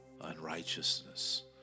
unrighteousness